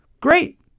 great